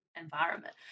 environment